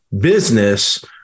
business